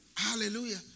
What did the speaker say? hallelujah